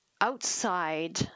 outside